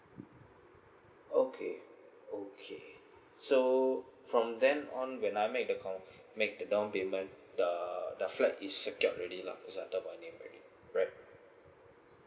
okay okay so from then on when I make the confir~ make the downpayment the the flat is secured already lah is under my name right